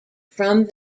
from